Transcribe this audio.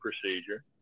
procedure